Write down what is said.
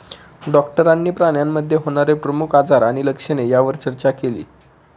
डॉक्टरांनी प्राण्यांमध्ये होणारे प्रमुख आजार आणि लक्षणे यावर चर्चा केली